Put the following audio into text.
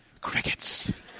crickets